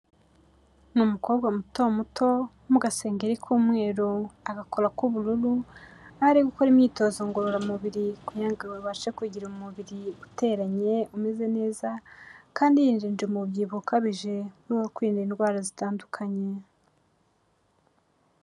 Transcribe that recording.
Ni umukobwa muto muto, uri mugasengeri k'umweru, agakora k'ubururu, aho ari gukora imyitozo ngororamubiri kugira ngo abashe kugira umubiri uteranye umeze neza, kandi yirinda umubyibuho ukabije, no kwirinda indwara zitandukanye.